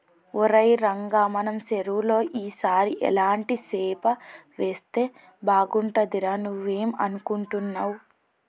ఒరై రంగ మన సెరువులో ఈ సారి ఎలాంటి సేప వేస్తే బాగుంటుందిరా నువ్వేం అనుకుంటున్నావ్